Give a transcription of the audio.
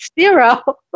zero